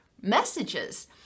messages